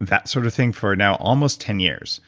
that sort of thing for now almost ten years.